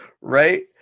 Right